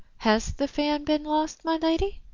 has the fan been lost, my lady?